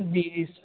جی س